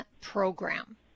program